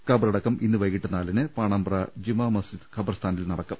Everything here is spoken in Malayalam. ഖബറടക്കം ഇന്നു വൈകിട്ട് നാലിന് പാണമ്പ്ര ജുമാ മസ്ജിദ് ഖബർസ്ഥാനിൽ നടക്കും